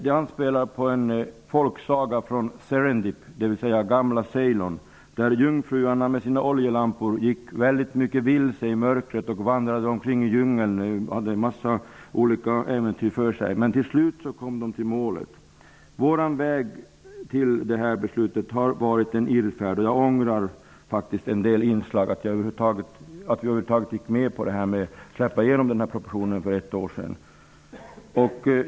Det anspelar på en folksaga från Serendip, gamla Ceylon, där jungfrurna med sina oljelampor väldigt ofta gick vilse i mörkret och vandrade omkring i djungeln och hade en massa olika äventyr för sig. Men till slut kom de till målet. Vår väg till det här beslutet har varit en irrfärd, och jag ångrar faktiskt en del inslag, att vi över huvud taget gick med på att släppa igenom propositionen för ett år sedan.